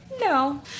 no